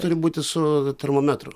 turi būti su termometru